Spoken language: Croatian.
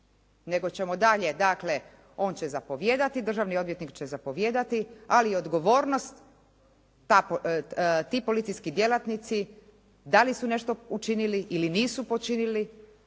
nego ćemo dalje dakle on će zapovijedati, državni odvjetnik će zapovijedati ali odgovornost, ti policijski djelatnici da li su nešto učinili ili nisu počinili,